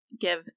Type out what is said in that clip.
give